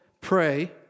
pray